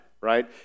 right